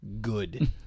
good